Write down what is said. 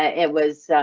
it was,